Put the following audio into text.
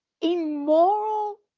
immoral